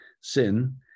sin